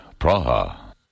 Praha